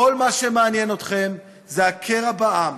כל מה שמעניין אתכם הוא הקרע בעם.